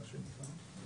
מה שנקרא,